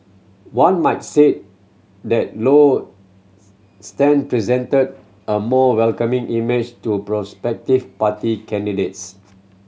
one might say that Low stance presented a more welcoming image to prospective party candidates